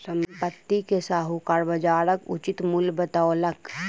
संपत्ति के साहूकार बजारक उचित मूल्य बतौलक